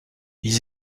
ils